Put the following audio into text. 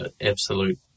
absolute